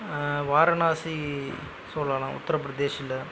வாரணாசி சொல்லலாம் உத்திரப்பிரதேஷில்